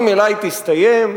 ממילא היא תסתיים,